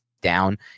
down